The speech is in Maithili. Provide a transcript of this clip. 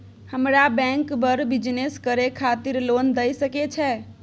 हमरा बैंक बर बिजनेस करे खातिर लोन दय सके छै?